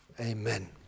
amen